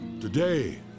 Today